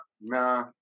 nah